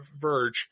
verge